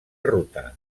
ruta